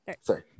Sorry